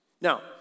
Now